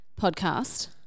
podcast